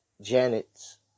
Janet's